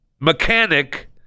mechanic